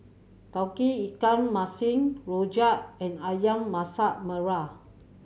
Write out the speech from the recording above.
Tauge Ikan Masin rojak and Ayam Masak Merah